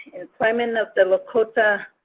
employment of the lakota